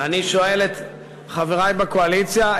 ואני שואל את חברי בקואליציה,